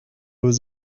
was